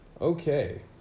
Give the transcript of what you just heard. Okay